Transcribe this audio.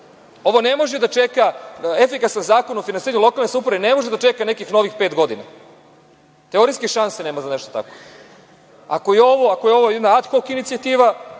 Ovo ne može da čeka, efikasan zakon o finansiranju lokalne samouprave ne može da čeka nekih novih pet godina. Teorijske šanse nema za tako nešto. Ako je ovo jedna ad hok inicijativa